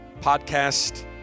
podcast